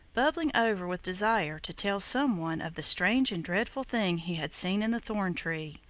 bubbling over with desire to tell some one of the strange and dreadful thing he had seen in the thorn-tree.